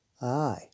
Aye